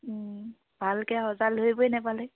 ভালকৈ সজাল ধৰিবই নাপালে